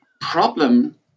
problem